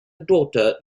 daughter